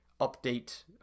Update